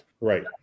right